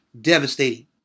devastating